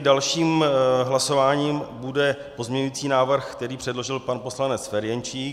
Dalším hlasováním bude pozměňující návrh, který předložil pan poslanec Ferjenčík.